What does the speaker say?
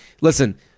listen